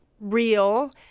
real